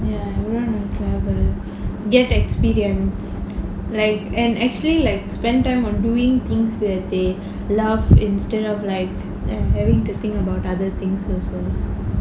ya everyone will travel get experience like and actually like spend time on doing things that they love instead of like having to think about other things also